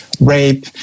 rape